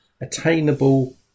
attainable